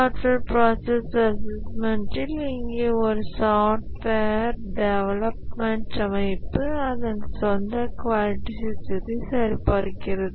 software process அசஸ்மெண்ட்டில் இங்கே ஒரு சாஃப்ட்வேர் டெவலப்மெண்ட் அமைப்பு அதன் சொந்த குவாலிட்டி சிஸ்டத்தை சரிபார்க்கிறது